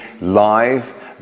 live